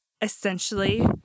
essentially